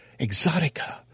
Exotica